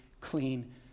clean